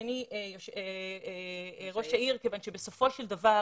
אדוני ראש כיוון שבסופו של דבר